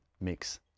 mix